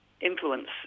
influence